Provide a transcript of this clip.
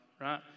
right